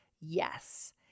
yes